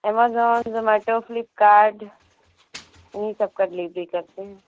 Amazon Zomato Flipkart यही सब कर लीजिए करते हैं